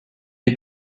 est